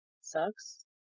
sucks